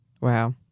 Wow